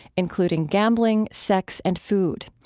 including gambling, sex, and food.